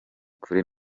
kuri